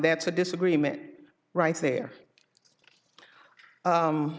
that's a disagreement right there